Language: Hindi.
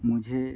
मुझे